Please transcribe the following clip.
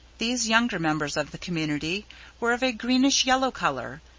these younger members of the community were of a greenish yellow colour,